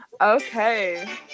Okay